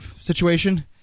situation